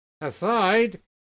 aside